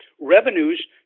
revenues